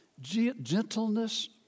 Gentleness